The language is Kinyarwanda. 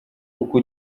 uko